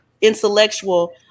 intellectual